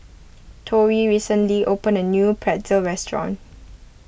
Tori recently opened a new Pretzel restaurant